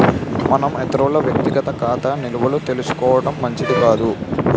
మనం ఇతరుల వ్యక్తిగత ఖాతా నిల్వలు తెలుసుకోవడం మంచిది కాదు